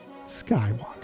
Skywalker